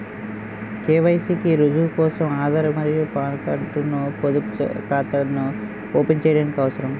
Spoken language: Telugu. కె.వై.సి కి రుజువు కోసం ఆధార్ మరియు పాన్ కార్డ్ ను పొదుపు ఖాతాను ఓపెన్ చేయడానికి అవసరం